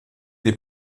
des